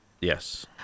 Yes